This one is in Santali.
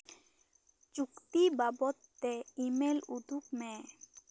ᱪᱩᱠᱛᱤ ᱵᱟᱵᱚᱫᱼᱛᱮ ᱤᱼᱢᱮᱞ ᱩᱫᱩᱜᱽ ᱢᱮ